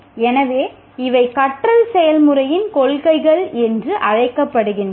எனவே இவை கற்றல் செயல்முறையின் கொள்கைகள் என்று அழைக்கப்படுகின்றன